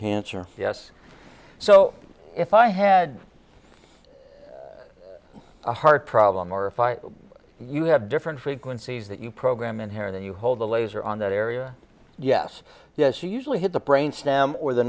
cancer yes so if i had a heart problem or a fine you have different frequencies that you program in here and you hold the laser on that area yes yes you usually hit the brain stem or the